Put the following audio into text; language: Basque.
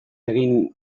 egin